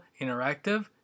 Interactive